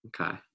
Okay